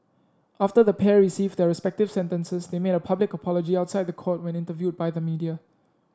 after the pair received their respective sentences they made a public apology outside the court when interviewed by the media